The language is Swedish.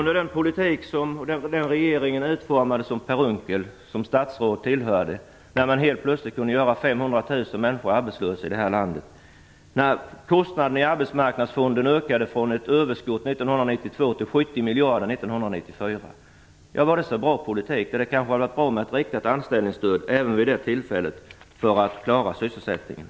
Den politik som utformades av den regering som Per Unckel tillhörde kunde helt plötsligt göra 500 000 människor arbetslösa här i landet. Kostnaderna för Arbetsmarknadsfonden ökade. 1992 var det ett överskott i Arbetsmarknadsfonden. 1994 var kostnaden 70 miljarder. Var det en så bra politik? Det kanske hade varit bra med ett riktat anställningsstöd även vid det tillfället, för att klara sysselsättningen.